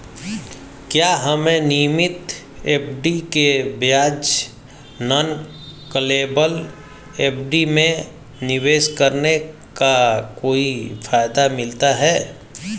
क्या हमें नियमित एफ.डी के बजाय नॉन कॉलेबल एफ.डी में निवेश करने का कोई फायदा मिलता है?